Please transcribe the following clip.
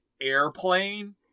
airplane